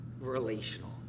relational